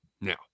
Now